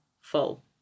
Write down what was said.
full